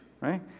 right